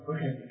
Okay